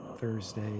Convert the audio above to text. Thursday